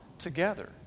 together